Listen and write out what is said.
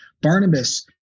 Barnabas